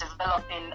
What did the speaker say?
developing